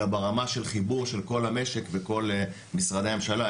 אלא ברמה של חיבור של כל המשק וכל משרדי הממשלה,